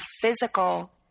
physical